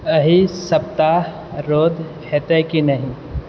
एहि सप्ताह रौद हेतै की नहि